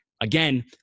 Again